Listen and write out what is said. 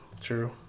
true